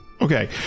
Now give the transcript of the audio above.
Okay